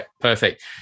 perfect